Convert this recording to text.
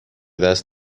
دست